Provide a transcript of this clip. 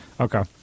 Okay